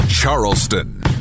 Charleston